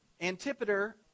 Antipater